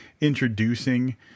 introducing